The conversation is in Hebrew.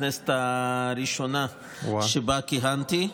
הכנסת הראשונה שבה כיהנתי,